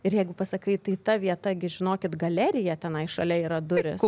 ir jeigu pasakai tai ta vieta gi žinokit galerija tenai šalia yra durys